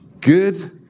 good